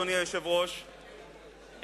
אדוני היושב-ראש,